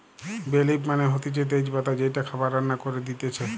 বে লিফ মানে হতিছে তেজ পাতা যেইটা খাবার রান্না করে দিতেছে